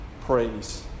praise